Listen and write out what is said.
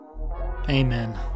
Amen